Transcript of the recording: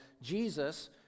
Jesus